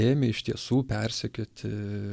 ėmė iš tiesų persekioti